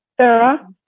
Sarah